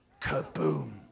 kaboom